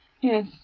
Yes